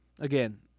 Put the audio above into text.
again